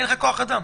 אין לך כוח אדם.